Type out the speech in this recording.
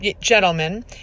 gentlemen